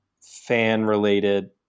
fan-related